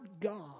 God